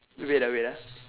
you wait ah wait ah